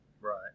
Right